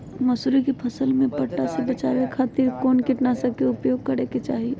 मसूरी के फसल में पट्टा से बचावे खातिर कौन कीटनाशक के उपयोग करे के चाही?